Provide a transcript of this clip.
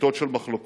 בעתות של מחלוקות